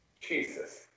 Jesus